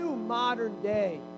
modern-day